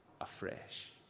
afresh